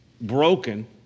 broken